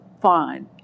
fine